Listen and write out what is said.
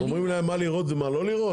אומרים להם מה לראות ומה לא לראות?